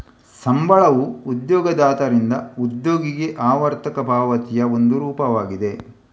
ಸಂಬಳವು ಉದ್ಯೋಗದಾತರಿಂದ ಉದ್ಯೋಗಿಗೆ ಆವರ್ತಕ ಪಾವತಿಯ ಒಂದು ರೂಪವಾಗಿದೆ